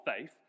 faith